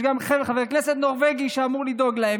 יש גם חבר כנסת נורבגי שאמור לדאוג להם,